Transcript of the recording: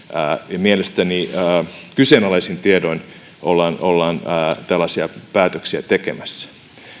ja mielestäni kyseenalaisin tiedoin ollaan ollaan tällaisia päätöksiä tekemässä